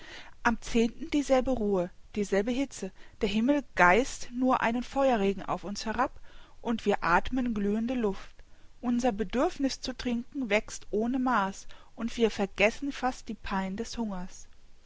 am dieselbe ruhe dieselbe hitze der himmel gießt nur einen feuerregen auf uns herab und wir athmen glühende luft unser bedürfniß zu trinken wächst ohne maß und wir vergessen fast die pein des hungers